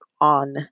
on